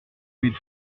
mille